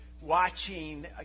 watching